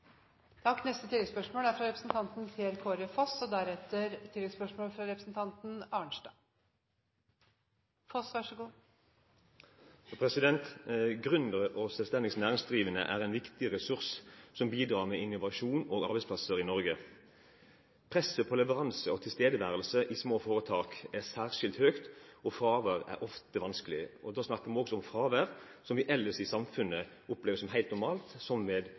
Per Kåre Foss – til oppfølgingsspørsmål. Gründere og selvstendig næringsdrivende er en viktig ressurs som bidrar med innovasjon og arbeidsplasser i Norge. Presset på leveranse og tilstedeværelse i små foretak er særskilt høyt, og fravær er ofte vanskelig. Da snakker jeg også om fravær som vi ellers i samfunnet opplever som helt normalt, som ved fødsel, sykdom i familien etc. Kristelig Folkeparti har i flere år foreslått endringer med